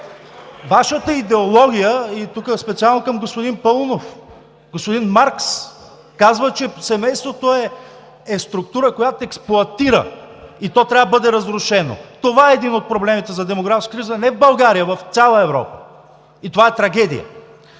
Вашата идеология – и тук специално към господин Паунов: господин Маркс казва, че семейството е структура, която експлоатира, и то трябва да бъде разрушено. Това е един от проблемите за демографската криза не в България, а в цяла Европа. И това е трагедия!